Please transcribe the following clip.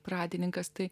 pradininkas tai